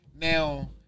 Now